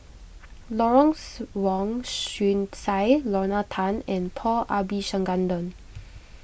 Lawrence Wong Shyun Tsai Lorna Tan and Paul Abisheganaden